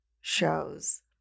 shows